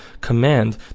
command